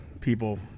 people